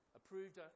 approved